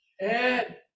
Ed